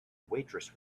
waitress